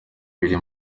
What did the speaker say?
biri